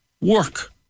work